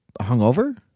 hungover